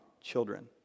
children